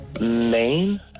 Maine